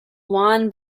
juan